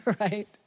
Right